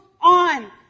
on